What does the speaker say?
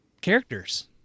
characters